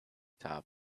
top